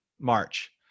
March